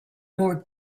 more